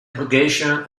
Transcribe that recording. application